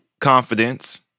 confidence